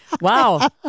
Wow